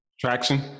traction